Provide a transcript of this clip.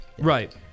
right